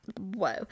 Whoa